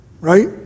right